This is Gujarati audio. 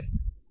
અંતર જાળવો